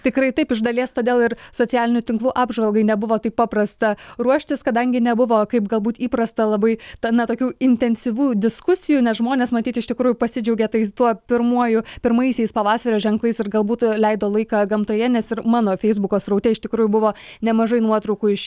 tikrai taip iš dalies todėl ir socialinių tinklų apžvalgai nebuvo taip paprasta ruoštis kadangi nebuvo kaip galbūt įprasta labai tad na tokių intensyvių diskusijų nes žmonės matyt iš tikrųjų pasidžiaugė tais tuo pirmuoju pirmaisiais pavasario ženklais ir galbūt leido laiką gamtoje nes ir mano feisbuko sraute iš tikrųjų buvo nemažai nuotraukų iš